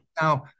Now